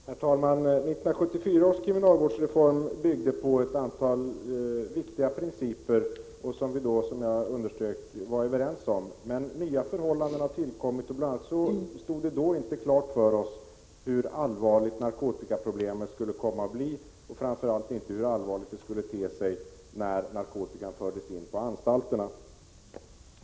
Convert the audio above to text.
Herr talman! 1974 års kriminalvårdsreform byggde på ett antal viktiga principer, som vi då var överens om. Nya förhållanden har emellertid tillkommit sedan dess. Det stod då inte klart för oss hur allvarligt narkotikaproblemet skulle komma att bli och framför allt inte hur allvarligt det skulle te sig när narkotikan fördes in på anstalterna.